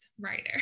writer